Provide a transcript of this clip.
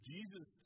Jesus